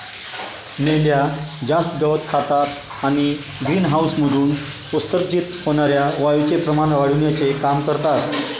मेंढ्या जास्त गवत खातात आणि ग्रीनहाऊसमधून उत्सर्जित होणार्या वायूचे प्रमाण वाढविण्याचे काम करतात